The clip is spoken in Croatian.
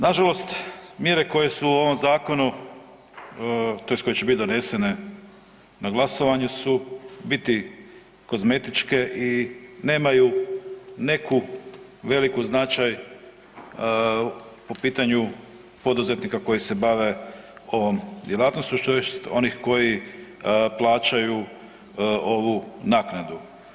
Na žalost mjere koje su u ovom zakonu, tj. koje će biti donesene na glasovanju su biti kozmetičke i nemaju neku veliki značaj po pitanju poduzetnika koji se bave ovom djelatnošću, tj. onih koji plaćaju ovu naknadu.